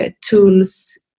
tools